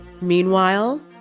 Meanwhile